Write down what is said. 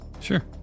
Sure